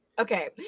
Okay